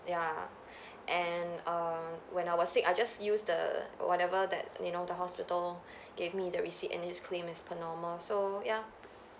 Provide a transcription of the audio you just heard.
ya and err when I was sick I just use the whatever that you know the hospital gave me the receipt and just claim as per normal so ya